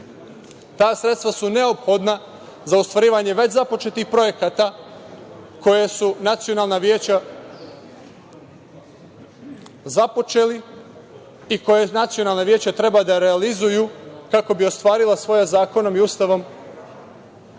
Ta sredstva su neophodna za ostvarivanje već započetih projekata koje su nacionalna veća započeli i koje nacionalna veća treba da realizuju kako bi ostvarila svoja zakonom i Ustavom